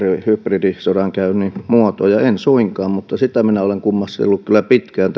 hybridisodankäynnin muotoja en suinkaan mutta tätä hybridihypetystä minä olen kummastellut kyllä pitkään